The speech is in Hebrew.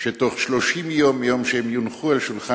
שתוך 30 יום מיום שהם יונחו על שולחן